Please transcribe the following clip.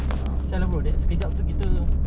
boleh ke aku pergi dengan kau kau pergi balik dengan aku